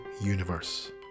Universe